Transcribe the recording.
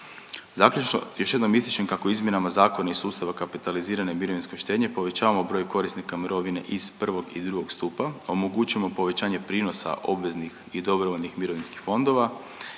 Zaključno, još jednom ističem kako izmjenama zakona i sustava kapitalizirane mirovinske štednje povećavamo broj korisnika mirovine iz I. i II. stupa, omogućavamo povećanje prinosa obveznih i dobrovoljnih mirovinskih fondova